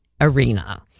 arena